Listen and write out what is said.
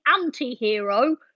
anti-hero